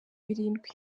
birindwi